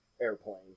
Airplane